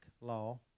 law